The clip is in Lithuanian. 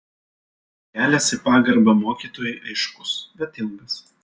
kelias į pagarbą mokytojui aiškus bet ilgas